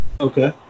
okay